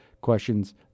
questions